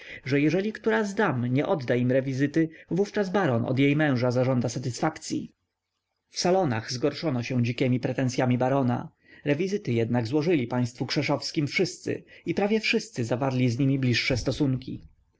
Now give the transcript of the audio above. że jeżeli która z dam nie odda im rewizyty wówczas baron od jej męża zażąda satysfakcyi w salonach zgorszono się dzikiemi pretensyami barona rewizyty jednak złożyli państwu krzeszowskim wszyscy i prawie wszyscy zawarli z nimi bliższe stosunki